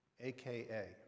AKA